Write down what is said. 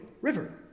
river